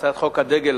הצעת חוק הדגל,